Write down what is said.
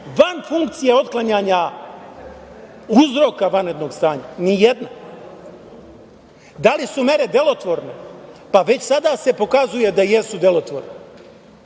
van funkcije otklanjanja uzroka vanrednog stanja? Ni jedna. Da li su mere delotvorne? Već sada se pokazuje da jesu delotvorne. Gospodo,